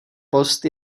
post